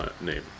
name